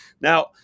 Now